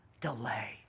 delay